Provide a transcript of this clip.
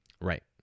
Right